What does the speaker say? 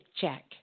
check